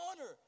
honor